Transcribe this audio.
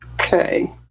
Okay